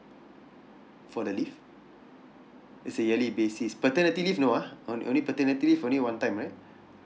for the leave it's a yearly basis paternity leave no ah on only paternity leave only one time right